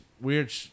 weird